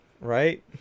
Right